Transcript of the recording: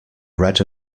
red